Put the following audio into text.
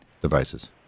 devices